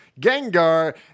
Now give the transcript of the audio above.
Gengar